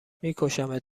میکشمت